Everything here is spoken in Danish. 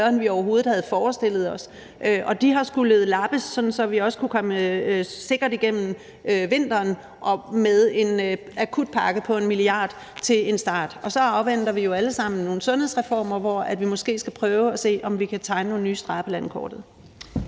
end vi overhovedet havde forestillet os – og de har skullet lappes, sådan at vi også kunne komme sikkert igennem vinteren med en akutpakke på 1 milliard til en start. Og så afventer vi jo alle sammen nogle sundhedsreformer, hvor vi måske skal prøve at se, om vi kan tegne nogle nye streger på landkortet.